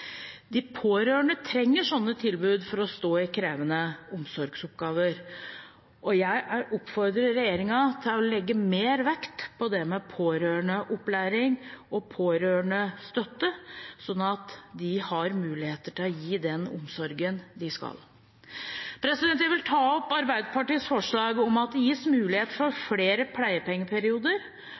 De pårørende trenger sånne tilbud for å stå i krevende omsorgsoppgaver, og jeg oppfordrer regjeringen til å legge mer vekt på det med pårørendeopplæring og pårørendestøtte, sånn at de har muligheter til å gi den omsorgen de skal. Jeg vil ta opp Arbeiderpartiets forslag om at det gis mulighet for flere pleiepengeperioder,